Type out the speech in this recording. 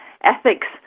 ethics